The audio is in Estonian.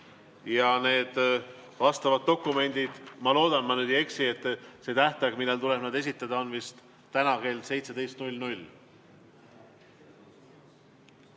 Ja nende vastavate dokumentide, ma loodan, et ma nüüd ei eksi, aga see tähtaeg, millal tuleb need esitada, on vist täna kell 17.